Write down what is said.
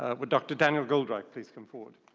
ah would dr. daniel goldreich please come forward?